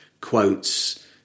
quotes